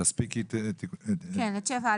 תיקון סעיף 7א